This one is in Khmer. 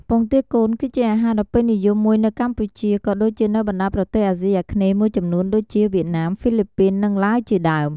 ពងទាកូន គឺជាអាហារដ៏ពេញនិយមមួយនៅកម្ពុជា ក៏ដូចជានៅបណ្ដាប្រទេសអាស៊ីអាគ្នេយ៍មួយចំនួនដូចជា វៀតណាម ហ្វីលីពីន និងឡាវជាដើម។